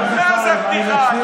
אותך.